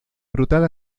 brutal